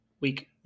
week